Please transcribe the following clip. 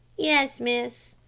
yes, miss.